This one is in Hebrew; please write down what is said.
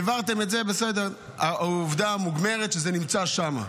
העברתם את זה, בסדר, העובדה מוגמרת, זה נמצא שם.